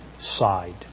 side